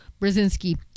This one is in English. brzezinski